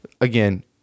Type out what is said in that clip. Again